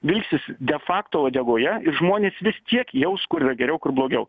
vilksis de fakto uodegoje ir žmonės vis tiek jaus kur yra geriau kur blogiau